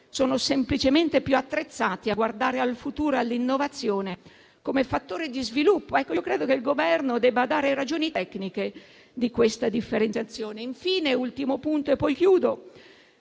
sono semplicemente più attrezzati a guardare al futuro e all'innovazione come fattore di sviluppo. Credo che il Governo debba fornire le ragioni tecniche alla base di questa differenziazione. Infine, ultimo punto, vi è